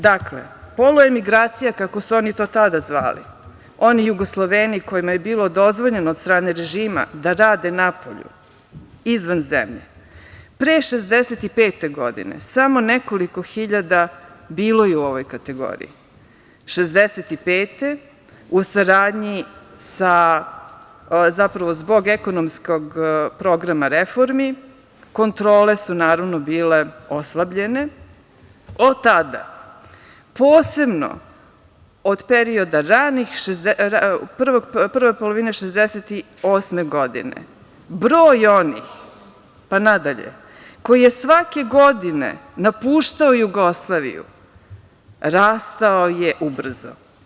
Dakle, poluemigracija, kako su oni to tada zvali, oni Jugosloveni kojima je bilo dozvoljeno od strane režima da rade napolju izvan zemlje, pre 1965. godine samo nekoliko hiljada bilo je u ovoj kategoriji, 1965. godine u saradnji zbog ekonomskog programa reformi kontrole su naravno bile oslabljene, od tada, posebno od perioda prve polovine 1968. godine broj onih, pa nadalje, koji je svake godine napuštao Jugoslaviju rastao je ubrzo.